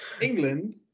England